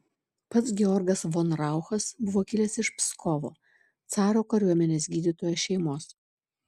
pats georgas von rauchas buvo kilęs iš pskovo caro kariuomenės gydytojo šeimos